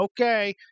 okay